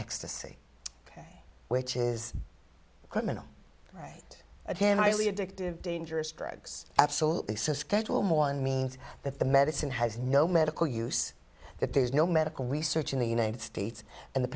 ecstasy which is criminal right of him highly addictive dangerous drugs absolutely so schedule one means that the medicine has no medical use that there's no medical research in the united states and the